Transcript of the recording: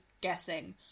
guessing